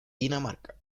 dinamarca